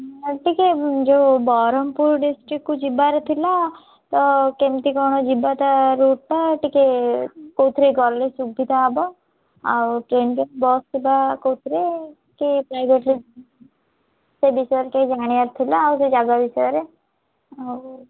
ମୁଁ ଟିକେ ଯୋଉ ବ୍ରହ୍ମପୁର ଡିଷ୍ଟ୍ରିକ୍ଟ୍କୁ ଯିବାର ଥିଲା ତ କେମିତି କ'ଣ ଯିବାଟା ରୁଟ୍ଟା ଟିକେ କେଉଁଥିରେ ଗଲେ ସୁବିଧା ହେବ ଆଉ କେଉଁ କେଉଁ ବସ୍ ଥିବା କେଉଁଥିରେ କି ପ୍ରାଇଭେଟ୍ରେ ସେହି ବିଷୟରେ ଟିକେ ଜାଣିବାର ଥିଲା ଆଉ ସେ ଜାଗା ବିଷୟରେ ଆଉ